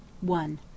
One